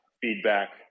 feedback